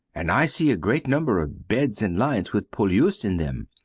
and i see a great number of beds in lines with poilus in them.